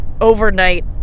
overnight